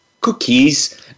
cookies